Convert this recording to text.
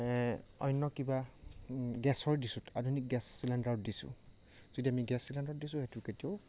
অন্য কিবা গেছৰ দিছোঁ আধুনিক গেছ চিলিণ্ডাৰত দিছোঁ যদি আমি গেছ চিলিণ্ডাৰত দিছোঁ সেইটো কেতিয়াও